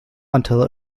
until